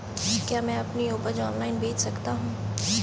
क्या मैं अपनी उपज ऑनलाइन बेच सकता हूँ?